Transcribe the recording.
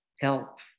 help